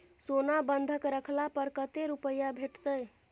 सोना बंधक रखला पर कत्ते रुपिया भेटतै?